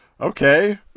Okay